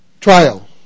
trial